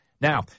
now